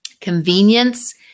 convenience